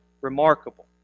remarkable